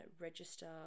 register